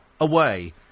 away